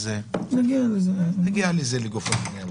אז נגיע לזה לגופו של עניין.